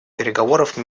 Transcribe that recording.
переговоров